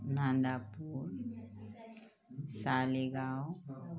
Nandapur Salegaon